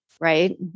right